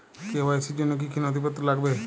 KYC র জন্য কি কি নথিপত্র লাগবে?